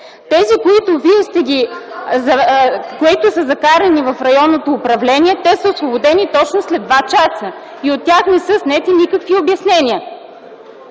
Тези, които са закарани в районното управление, са освободени точно след два часа и от тях не са снети никакви обяснения.